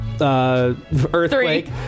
earthquake